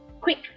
quick